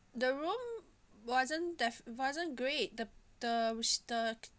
the room wasn't that wasn't great the the s~ the